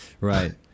right